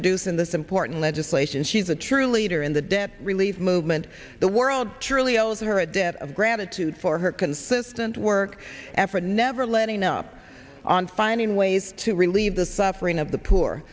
introducing this important legislation she's a true leader in the debt relief movement the world truly all of her a debt of gratitude for her consistent work effort never letting up on finding ways to relieve the suffering of the poor